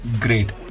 Great